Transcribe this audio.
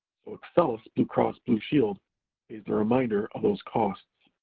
so excellus bluecross blueshield is a reminder of those costs.